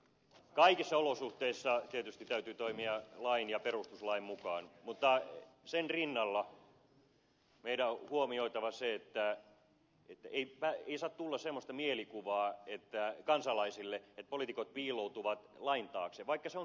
kaikissa olosuhteissa tietysti täytyy toimia lain ja perustuslain mukaan mutta sen rinnalla meidän on huomioitava se että ei saa tulla semmoista mielikuvaa kansalaisille että poliitikot piiloutuvat lain taakse vaikka se onkin totta